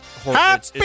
happy